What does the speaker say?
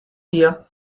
dir